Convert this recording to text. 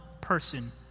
person